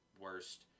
worst